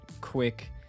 quick